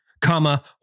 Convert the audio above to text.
Comma